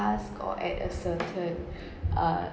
task or at a certain uh